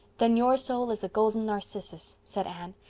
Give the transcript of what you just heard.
then your soul is a golden narcissus, said anne,